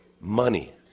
money